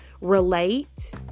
relate